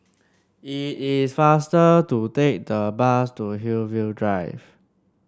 it is faster to take the bus to Hillview Drive